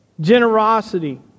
generosity